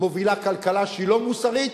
מובילה כלכלה שהיא לא מוסרית,